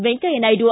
Venkaiah Naidu